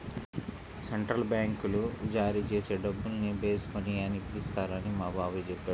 central బ్యాంకులు జారీ చేసే డబ్బుల్ని బేస్ మనీ అని పిలుస్తారని మా బాబాయి చెప్పాడు